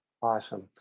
Awesome